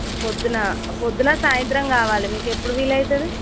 ప్రొద్దున ప్రొద్దున సాయంత్రం కావాలి మీకు ఎప్పుడు వీలైతుంది